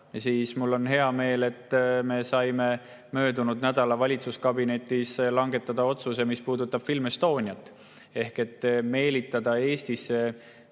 on mul hea meel, et saime möödunud nädalal valitsuskabinetis langetada otsuse, mis puudutab Film Estoniat. [See aitab] meelitada Eestisse